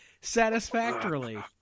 satisfactorily